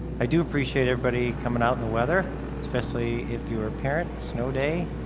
i do appreciate everybody coming out in the weather. especially if you were a parent snow day.